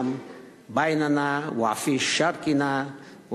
המדינה בכל אי-צדק שאתם חשים,